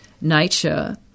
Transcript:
nature